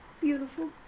Beautiful